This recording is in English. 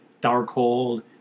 Darkhold